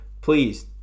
please